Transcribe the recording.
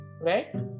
right